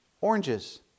oranges